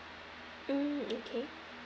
mm okay